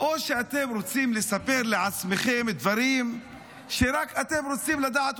או שאתם רוצים לספר לעצמכם רק דברים שאתם רוצים לדעת?